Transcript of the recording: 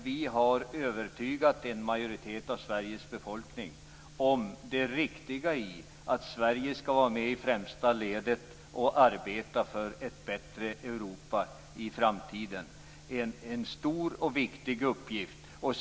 Vi skall övertyga en majoritet av Sveriges befolkning om det riktiga i att Sverige skall vara med i främsta ledet och arbeta för ett bättre Europa i framtiden. Det är en stor och viktig uppgift.